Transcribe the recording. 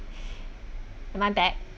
am I back